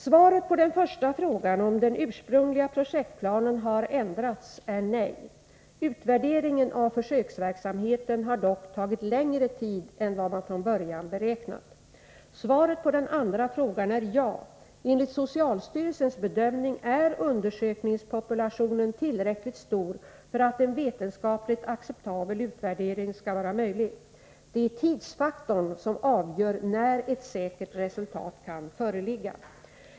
Svaret på den första frågan om den ursprungliga projektplanen har ändrats är nej. Utvärderingen av försöksverksamheten har dock tagit längre tid än vad man från början beräknat. Svaret på den andra frågan är ja. Enligt socialstyrelsens bedömning är undersökningspopulationen tillräckligt stor för att en vetenskapligt acceptabel utvärdering skall vara möjlig. Det är tidsfaktorn som avgör när ett säkert resultat kan föreligga.